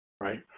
Right